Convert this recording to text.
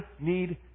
need